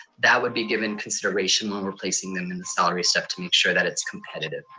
that would be given consideration when we're placing them in the salary step to make sure that it's competitive.